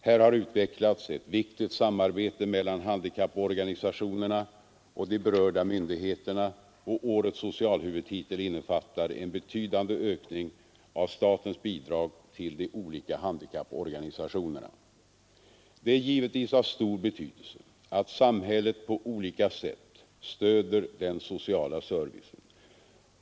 Här har utvecklats ett viktigt samarbete mellan handikapporganisationerna och de berörda myndigheterna, och årets socialhuvudtitel innefattar en ny betydande ökning av statens bidrag till de olika handikapporganisationerna. Det är givetvis av stor betydelse att samhället på olika sätt stöder den sociala servicen.